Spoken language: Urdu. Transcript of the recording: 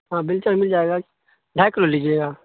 ہاں بیلچن مل جائے گا ڈھائی کلو لیجیے گا